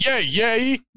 yay